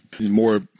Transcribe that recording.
More